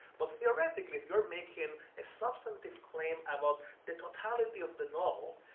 but theoretically, if you're making a substantive claim about the totality of the novel,